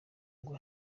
ngo